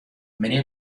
many